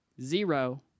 zero